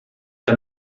que